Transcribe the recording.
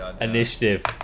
initiative